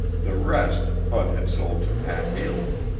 the rest bud had sold to pat haley.